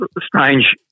strange